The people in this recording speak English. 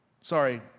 Sorry